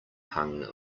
hung